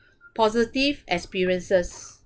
positive experiences